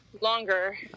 Longer